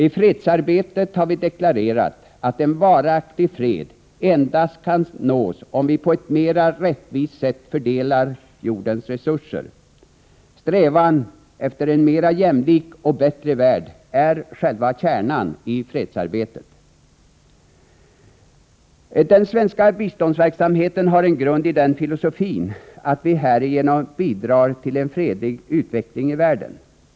I fredsarbetet har vi deklarerat att en varaktig fred kan nås endast om vi på ett mera rättvist sätt fördelar jordens resurser. Strävan efter en mer jämlik och bättre värld är själva kärnan i fredsarbetet. Den svenska biståndsverksamheten har en grund i filosofin att vi härigenom bidrar till en fredlig utveckling i världen.